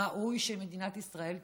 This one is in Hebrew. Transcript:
ראוי שמדינת ישראל תחגוג,